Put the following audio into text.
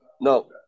No